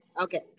Okay